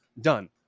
done